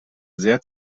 sehr